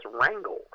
wrangle